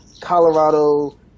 Colorado